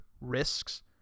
risks